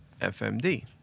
FMD